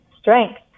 strength